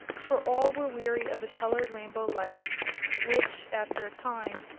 for all were weary of the colored rainbow lights which, after a time,